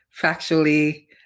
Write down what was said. factually